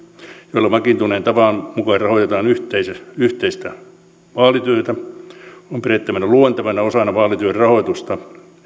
joilla vakiintuneen tavan mukaan rahoitetaan yhteistä vaalityötä on pidettävä luontevana osana vaalityön rahoitusta